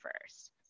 first